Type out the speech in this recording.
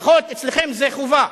לפחות אצלכם זה חובה,